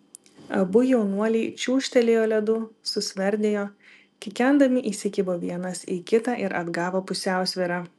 abu jaunuoliai čiūžtelėjo ledu susverdėjo kikendami įsikibo vienas į kitą ir atgavo pusiausvyrą